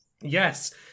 Yes